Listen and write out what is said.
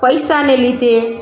પૈસાને લીધે